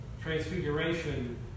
Transfiguration